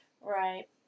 right